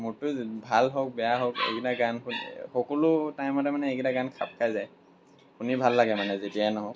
মুডটো ভাল হওক বেয়া হওক এইকেইটা গান শুনি সকলো টাইমতে মানে এইকেইটা গান খাপ খাই যায় শুনি ভাল লাগে মানে যেতিয়াই নহওক